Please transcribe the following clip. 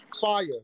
fire